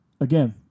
again